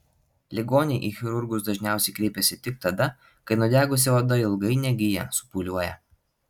ligoniai į chirurgus dažniausiai kreipiasi tik tada kai nudegusi oda ilgai negyja supūliuoja